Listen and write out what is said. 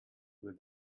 will